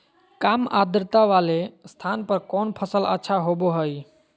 काम आद्रता वाले स्थान पर कौन फसल अच्छा होबो हाई?